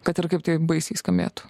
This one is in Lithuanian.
kad ir kaip tai baisiai skambėtų